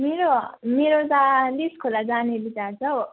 मेरो मेरो त लिस खोला जाने विचार छ हो